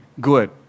good